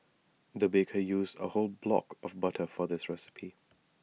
the baker used A whole block of butter for this recipe